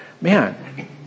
Man